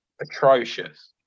atrocious